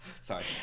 sorry